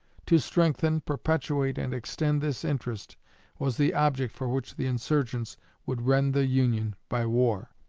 to strengthen, perpetuate, and extend this interest was the object for which the insurgents would rend the union by war,